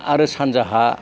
आरो सानजाहा